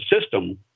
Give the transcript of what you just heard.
system